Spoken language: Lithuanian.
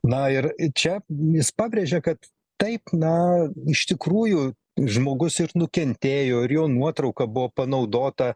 na ir čia jis pabrėžė kad taip na iš tikrųjų žmogus ir nukentėjo ir jo nuotrauka buvo panaudota